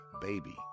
baby